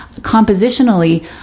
compositionally